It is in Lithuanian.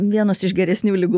vienos iš geresnių lygų